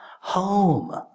home